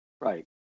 Right